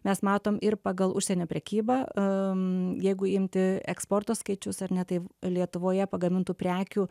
mes matom ir pagal užsienio prekybą em jeigu imti eksporto skaičius ar ne tai lietuvoje pagamintų prekių